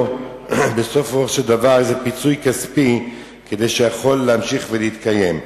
בסופו של דבר נותנים לו פיצוי כספי כדי שיוכל להמשיך ולהתקיים.